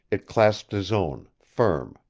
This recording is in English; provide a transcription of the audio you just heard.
it clasped his own firm,